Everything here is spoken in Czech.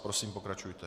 Prosím, pokračujte.